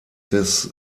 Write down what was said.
des